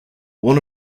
one